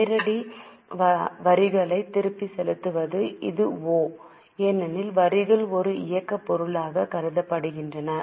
நேரடி வரிகளைத் திருப்பிச் செலுத்துவது இது ஓ ஏனெனில் வரிகள் ஒரு இயக்கப் பொருளாகக் கருதப்படுகின்றன